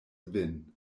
vin